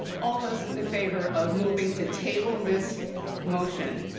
all those in favor of moving to table this motion,